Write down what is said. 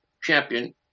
champion